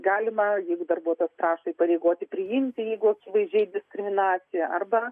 galima jeigu darbuotojas prašo įpareigoti priimti jeigu akivaizdžiai diskriminacija arba